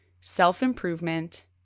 self-improvement